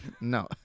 No